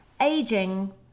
aging